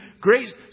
grace